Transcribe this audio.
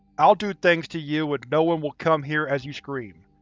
i'll do things to you and no one will come here as you scream.